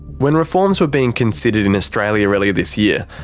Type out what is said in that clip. when reforms were being considered in australia earlier this year,